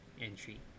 entry